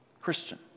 Christian